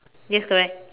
yes correct